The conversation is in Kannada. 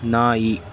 ನಾಯಿ